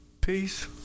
Peace